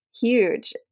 Huge